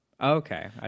Okay